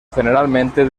generalmente